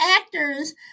actors